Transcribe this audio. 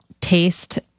taste